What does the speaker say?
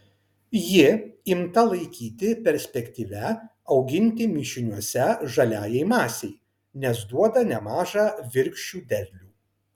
ji imta laikyti perspektyvia auginti mišiniuose žaliajai masei nes duoda nemažą virkščių derlių